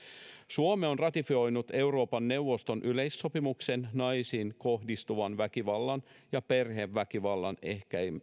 suomi on ratifioinut euroopan neuvoston yleissopimuksen naisiin kohdistuvan väkivallan ja perheväkivallan